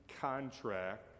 contract